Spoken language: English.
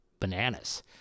bananas